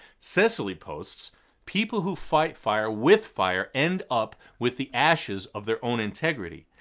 cecily posts people who fight fire with fire end up with the ashes of their own integrity.